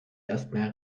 erstmal